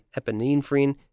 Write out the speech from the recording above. epinephrine